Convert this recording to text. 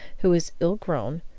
who was ill-grown,